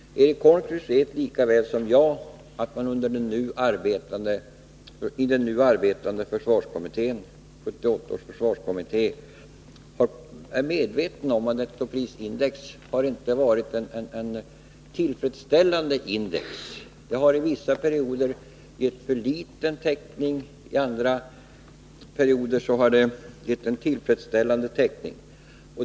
Eric Holmqvist vet lika väl som jag att man i den nu arbetande försvarskommittén, 1978 års försvarskommitté, är medveten om att nettoprisindex inte har varit ett tillfredsställande index. Det har under vissa perioder blivit för liten täckning, under andra perioder en tillfredsställande täckning.